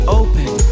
open